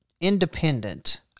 independent